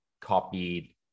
copied